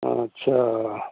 अच्छा